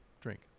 drink